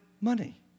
money